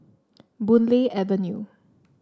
Boon Lay Avenue